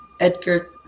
Edgar